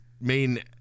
main